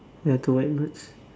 ya two white goats